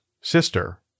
sister